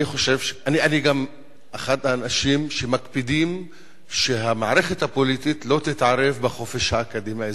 אני גם אחד האנשים שמקפידים שהמערכת הפוליטית לא תתערב בחופש האקדמי,